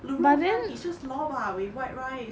卤肉饭 is just lor bak with white rice